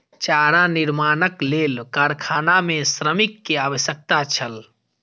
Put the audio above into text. चारा निर्माणक लेल कारखाना मे श्रमिक के आवश्यकता छल